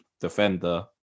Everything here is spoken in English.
defender